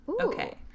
Okay